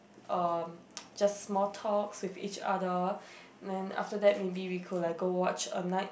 uh just small talks with each other then after that maybe we could like go watch a night